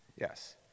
Yes